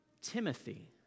Timothy